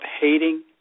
hating